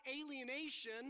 alienation